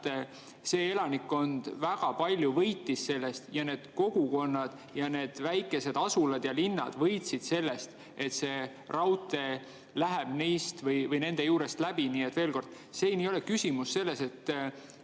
see elanikkond väga palju võitis sellest. Ja need kogukonnad, need väikesed asulad ja linnad võitsid sellest, et see raudtee läheb nende juurest läbi. Nii et veel kord, siin ei ole küsimus selles,